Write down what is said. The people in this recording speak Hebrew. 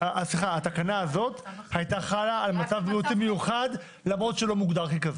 למעשה התקנה הזאת הייתה חלה על מצב בריאותי מיוחד למרות שלא מגודר ככזה.